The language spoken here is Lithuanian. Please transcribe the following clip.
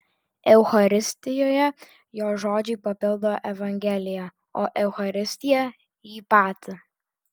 eucharistijoje jo žodžiai papildo evangeliją o eucharistija jį patį